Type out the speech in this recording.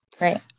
Right